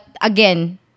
again